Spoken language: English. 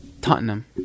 Tottenham